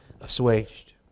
assuaged